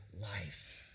life